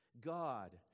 God